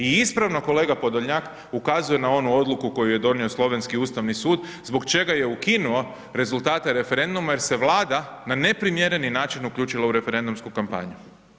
I ispravno kolega Podolnjak ukazuje na onu odluku koji je donio slovenski Ustavni sud zbog čega je ukinuo rezultate referenduma jer se Vlada na neprimjereni način uključila u referendumsku kampanju.